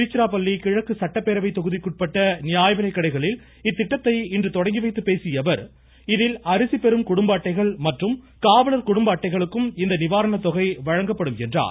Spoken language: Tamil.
திருச்சிராப்பள்ளி கிழக்கு சட்டப்பேரவைத் தொகுதிக்குட்பட்ட நியாயவிலைக் கடைகளில் இந்த திட்டத்தை இன்று தொடங்கி வைத்துப் பேசிய அவர் இதில் அரிசி பெறும் குடும்ப அட்டைகள் மற்றும் காவலர் குடும்ப அட்டைகளுக்கும் இந்த நிவாரணத் தொகை வழங்கப்படும் என்றார்